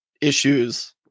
issues